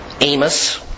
Amos